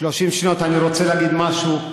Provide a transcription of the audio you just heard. אני רוצה להגיד משהו.